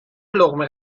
لقمه